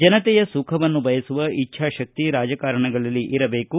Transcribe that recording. ಜನತೆಯ ಸುಖವನ್ನು ಬಯಸುವ ಇಚ್ಛಾಶಕ್ತಿ ರಾಜಕಾರಣಿಗಳಲ್ಲಿ ಇರಬೇಕು